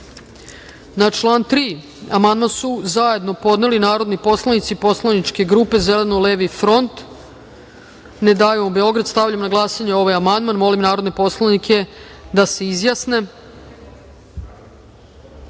član 3. amandman su zajedno podneli narodni poslanici Poslaničke grupe Zeleno-levi front, Ne davimo Beograd. Stavljam na glasanje ovaj amandman i molim narodne poslanike da pritisnu